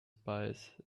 spices